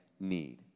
need